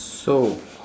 so